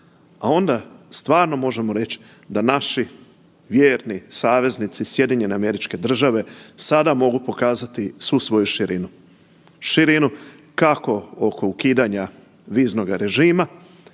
A onda stvarno možemo reći da naši vjerni saveznici, SAD sada mogu pokazati svu svoju širinu. Širinu kako oko ukidanja viznoga režima,